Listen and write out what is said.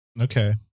Okay